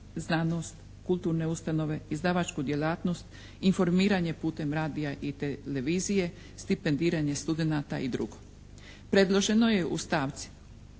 znanost, kulturne ustanove, izdavačku djelatnost, informiranje putem radija i televizije, stipendiranje studenata i drugo. Predloženo je u stavci